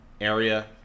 area